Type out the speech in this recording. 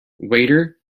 waiter